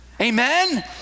Amen